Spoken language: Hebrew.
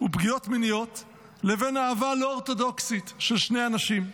ופגיעות מיניות לבין אהבה לא אורתודוקסית של שני אנשים.